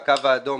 והקו האדום